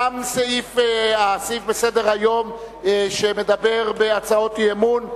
תם הסעיף בסדר-היום שמדבר בהצעות אי-אמון,